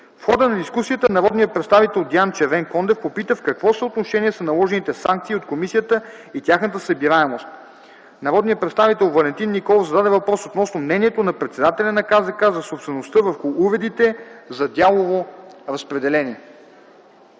В хода на дискусията народният представител Диян Червенкондев попита в какво съотношение са наложените санкции от Комисията и тяхната събираемост. Народният представител Валентин Николов зададе въпрос относно мнението на председателя на Комисията за защита на конкуренцията за собствеността върху уредите за дялово разпределение,